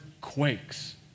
quakes